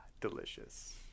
Delicious